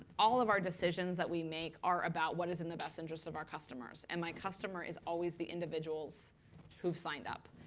all of our decisions that we make are about what is in the best interests of our customers. and my customer is always the individuals who've signed up.